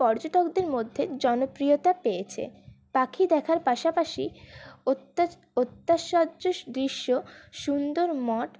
পর্যটকদের মধ্যে জনপ্রিয়তা পেয়েছে পাখি দেখার পাশাপাশি অত্যাশ্চর্য দৃশ্য সুন্দর মঠ